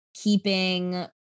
keeping